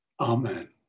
Amen